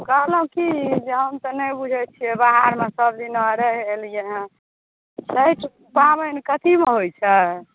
कहलहुॅं की जे हम तऽ नहि बुझै छियै बाहर सब दिना रहि एलियै हँ छठि पाबनि कथीमे होइ छै